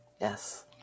Yes